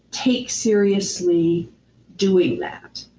take seriously doing that.